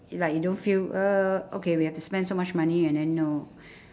like you don't feel uh okay we have to spend so much money and then no